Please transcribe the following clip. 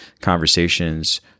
conversations